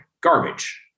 garbage